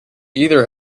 either